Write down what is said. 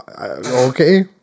Okay